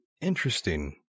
Interesting